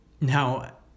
Now